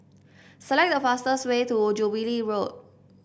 select the fastest way to Jubilee Road